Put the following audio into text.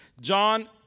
John